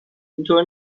اینطور